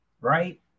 right